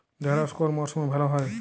ঢেঁড়শ কোন মরশুমে ভালো হয়?